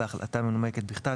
בהחלטה מנומקת בכתב,